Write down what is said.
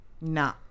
nah